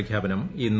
പ്രഖ്യാപനം ഇന്ന്